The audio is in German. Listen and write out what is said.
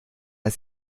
ist